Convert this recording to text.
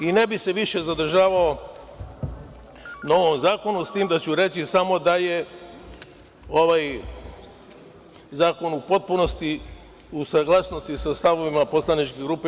Ne bih se više zadržavao na ovom zakonu, s tim da ću reći samo da je ovaj zakon u potpunosti u saglasnosti sa stavovima poslaničke grupe JS.